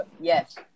Yes